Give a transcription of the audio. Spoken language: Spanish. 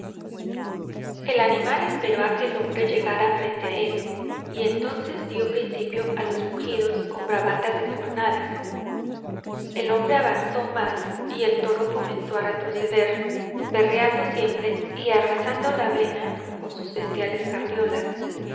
el animal esperó a que el hombre llegara frente a él y entonces dió principio a los mugidos con bravatas de cornadas el hombre avanzó más y el toro comenzó a retroceder berreando siempre y arrasando la avena con sus bestiales cabriolas